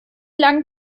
lang